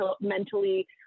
mentally